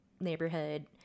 neighborhood